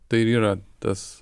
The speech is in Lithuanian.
tai ir yra tas